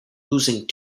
losing